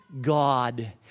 God